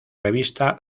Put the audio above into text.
revista